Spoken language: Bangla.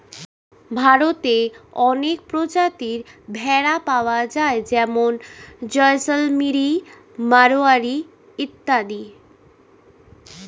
ভারতে অনেক প্রজাতির ভেড়া পাওয়া যায় যেমন জয়সলমিরি, মারোয়ারি ইত্যাদি